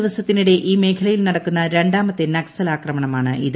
ദിവസത്തിനിടെ ഈ മേഖലയിൽ നടക്കുന്ന രണ്ടാമത്തെ നക്സൽ ആക്രമണമാണ് ഇത്